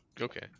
okay